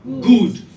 good